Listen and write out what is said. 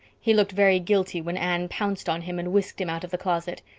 he looked very guilty when anne pounced on him and whisked him out of the closet.